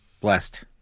Blessed